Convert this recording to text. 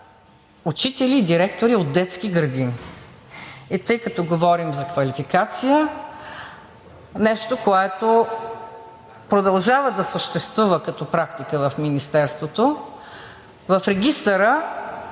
учители и директори от детски градини? И тъй като говорим за квалификация, нещо, което продължава да съществува като практика в Министерството, в Регистъра